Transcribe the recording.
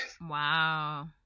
Wow